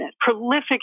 prolific